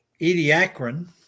Ediacaran